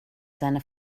seiner